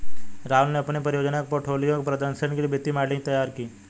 राहुल ने अपनी परियोजना के पोर्टफोलियो के प्रदर्शन के लिए वित्तीय मॉडलिंग तैयार की